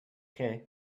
què